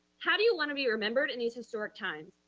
how do you wanna be remembered in these historic times?